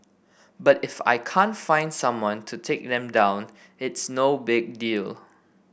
but if I can't find someone to take them down it's no big deal